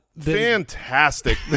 Fantastic